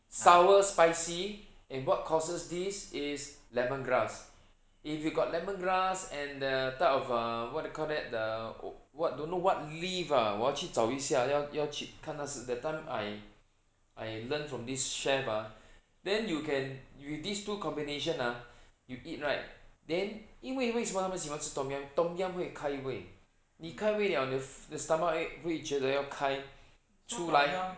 sour spicy and what causes this is lemongrass if you got lemongrass and the type of the err what do you call that the wha~ don't know what leaf ah 我要去找一下要要去看那时 that time I I learn from this chef ah then you can you these two combination ah you eat right then 因为为什么他们喜欢吃 tom yam tom yum 会开胃你开胃了你的 stomach right 会觉得要开出来